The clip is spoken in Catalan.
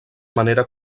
manera